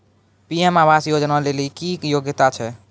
PM आवास योजना लेली की योग्यता छै?